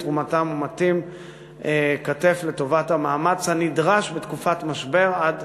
תרומתם ומטים כתף לטובת המאמץ הנדרש בתקופת משבר עד